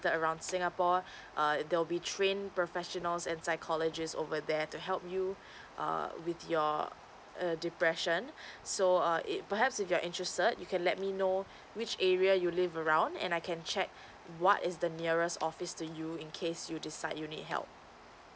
around singapore err there'll be trained professionals and psychologist over there to help you err with your uh depression so err it perhaps if you're interested you can let me know which area you live around and I can check what is the nearest office to you in case you decide you need help